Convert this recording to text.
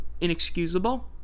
inexcusable